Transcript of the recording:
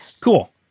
Cool